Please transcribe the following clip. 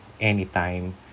anytime